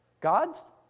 God's